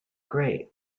great